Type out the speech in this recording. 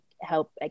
help